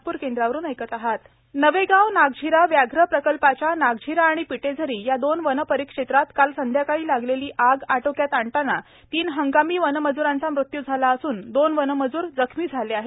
नवेगाव नागझिरा आग नवेगाव नागझिरा व्याघ्र प्रकल्पाच्या नागझिरा आणि पिटेझरी या दोन वनपरिक्षेत्रात काल संध्याकाळी लागलेली आग आटोक्यात आणताना तीन हंगामी वनमजूरांचा मृत्यू झाला असून दोन वनमजूर जखमी झाले आहेत